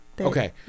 Okay